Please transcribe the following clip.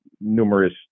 numerous